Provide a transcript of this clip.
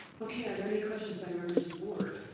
okay. are there any questions by members of the board?